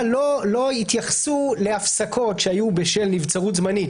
אבל לא התייחסו להפסקות שהיו בשל נבצרות זמנית,